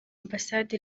ambasade